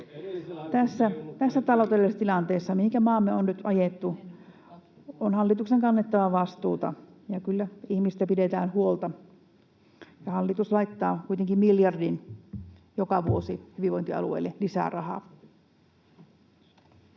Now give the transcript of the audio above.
Tässä taloudellisessa tilanteessa, mihinkä maamme on nyt ajettu, on hallituksen kannettava vastuuta. Kyllä ihmisistä pidetään huolta, ja hallitus laittaa kuitenkin miljardin joka vuosi hyvinvointialueille lisää rahaa.